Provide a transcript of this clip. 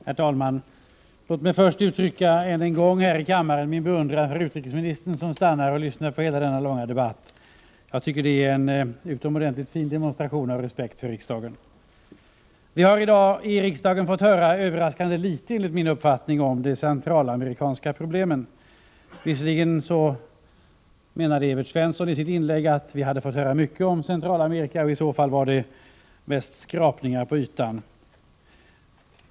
Herr talman! Låt mig än en gång här i kammaren uttrycka min beundran för utrikesministern, som stannar och lyssnar på hela denna långa debatt. Jag tycker att det är en utomordentligt fin demonstration av respekt för riksdagen. Vi har i dag i riksdagen enligt min uppfattning fått höra överraskande litet om de centralamerikanska problemen. Visserligen sade Evert Svensson i sitt inlägg att vi hade fått höra mycket om Centralamerika, men i så fall var det mest skrapningar på ytan.